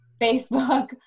Facebook